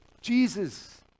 Jesus